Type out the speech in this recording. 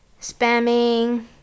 spamming